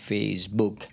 Facebook